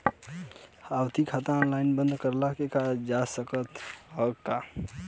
आवर्ती खाता ऑनलाइन बन्द करल जा सकत ह का?